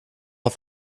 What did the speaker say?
auf